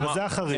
לא, זה היה חריג.